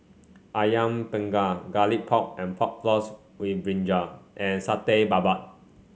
ayam panggang Garlic Pork and Pork Floss with brinjal and Satay Babat